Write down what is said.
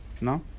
No